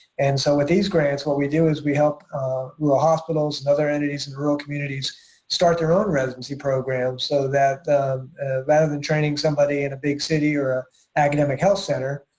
and so with these grants what we do is we help rural hospitals and other entities in rural communities start their own residency programs so that rather than training somebody in a big city or an academic health center,